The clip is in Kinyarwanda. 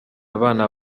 abana